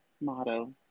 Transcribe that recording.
motto